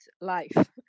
life